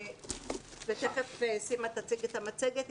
תכף סימה תציג את המצגת,